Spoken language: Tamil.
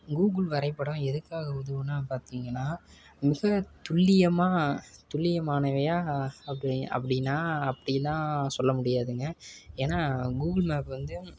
கூகுள் வரைப்படம் எதுக்காக உதவுனா பார்த்திங்கனா மிக துல்லியமாக துல்லியமானவையாக அப்படி அப்படின்னா அப்படின்னா சொல்லமுடியாதுங்க ஏன்னா கூகுள் மேப் வந்து